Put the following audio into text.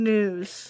News